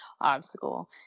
obstacle